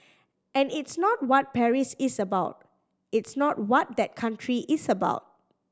and it's not what Paris is about it's not what that country is about